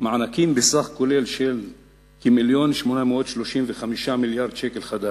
מענקים בסך כולל של כ-1.835 מיליארד ש"ח,